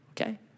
okay